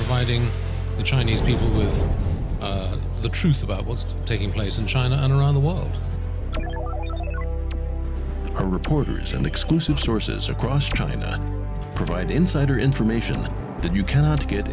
fighting the chinese people is the truth about what's taking place in china and around the world are reporters and exclusive sources across china provide insider information that you cannot get